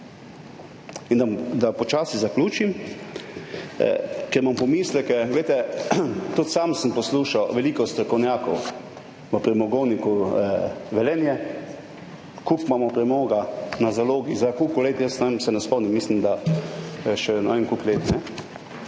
Da počasi zaključim, ker imam pomisleke, tudi sam sem poslušal veliko strokovnjakov v Premogovniku Velenje, koliko imamo premoga na zalogi, za koliko let, jaz ne vem, se ne spomnim, mislim, da še za ne vem